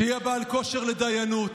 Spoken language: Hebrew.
שיהיה בעל כושר לדיינות.